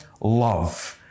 love